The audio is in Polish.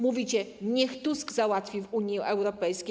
Mówicie: niech Tusk załatwi w UE.